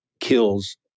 kills